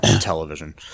television